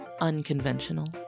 unconventional